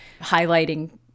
highlighting